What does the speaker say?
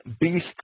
beast